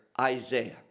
Isaiah